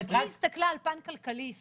אומרת -- היא הסתכלה על פן כלכלי עסקי.